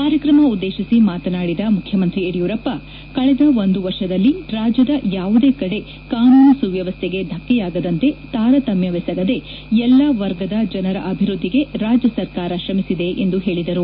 ಕಾರ್ಯಕ್ರಮ ಉದ್ದೇತಿಸಿ ಮಾತನಾಡಿದ ಮುಖ್ಚಮಂತ್ರಿ ಯಡಿಯೂರಪ್ಪ ಕಳೆದ ಒಂದು ವರ್ಷದಲ್ಲಿ ರಾಜ್ಯದ ಯಾವುದೇ ಕಡೆ ಕಾನೂನು ಸುವ್ವವಸ್ಥೆಗೆ ಧಕ್ಷೆಯಾಗದಂತೆ ತಾರತಮ್ಮವೆಸಗದೆ ಎಲ್ಲಾ ವರ್ಗದ ಜನರ ಅಭಿವೃದ್ದಿಗೆ ರಾಜ್ಯ ಸರ್ಕಾರ ಕ್ರಮಿಸಿದೆ ಎಂದು ಹೇಳಿದರು